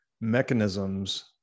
mechanisms